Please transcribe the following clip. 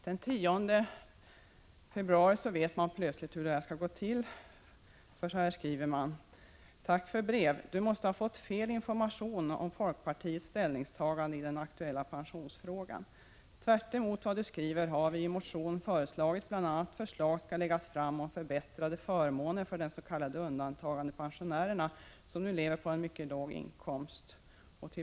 Den 10 februari vet man plötsligt hur det skall gå till. Så här skriver man: ”Tack för brev. Du måste ha fått fel information om Folkpartiets ställningstagande i den aktuella pensionsfrågan. Tvärtemot vad Du skriver har vi i motion föreslagit bl.a. att förslag skall läggas fram om förbättrade förmåner för de s.k. undantagandepensionärerna som nu lever på en mycket låg inkomst .